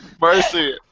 Mercy